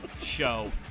show